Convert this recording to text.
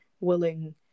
willing